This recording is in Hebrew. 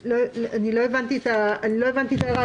לא הבנתי את ההערה.